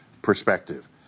perspective